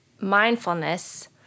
mindfulness